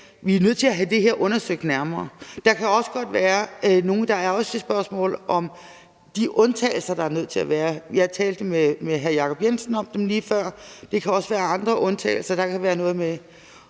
Vi er nødt til at have det her undersøgt nærmere. Der er også et spørgsmål om de undtagelser, der er nødt til at være. Jeg talte med hr. Jacob Jensen om dem lige før, og det kan også være andre undtagelser. Der kan f.eks. være noget med